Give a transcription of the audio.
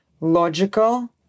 logical